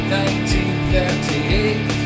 1938